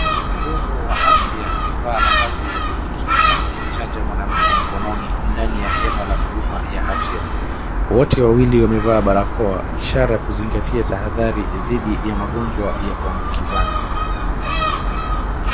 Mhudumu wa afya amevaa mavazi ya kujikinga akimchanja mwanamke mkononi ndani ya hema la huduma ya afya. Wote wawili wamevaa barakoa ishara ya kuzingatia tahadhari dhidi ya magonjwa ya kuambukizana.